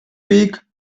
weak